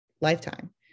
lifetime